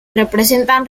representan